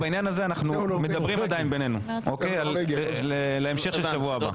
בעניין הזה אנחנו מדברים עדיין בינינו על ההמשך של שבוע הבא.